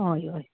हय हय